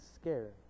scared